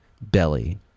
belly